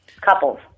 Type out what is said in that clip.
couples